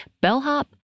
bellhop